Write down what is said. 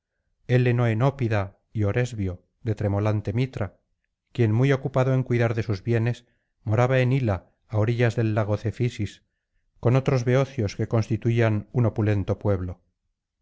etolo enomao heleno enópida y oresbio de tremolante mitra quien muy ocupado en cuidar de sus bienes moraba en hila á orillas del lago cefisis con otros beocios que constituían un opulento pueblo